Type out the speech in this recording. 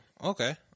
okay